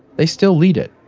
they still lead it.